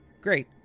Great